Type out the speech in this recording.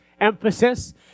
emphasis